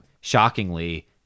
shockingly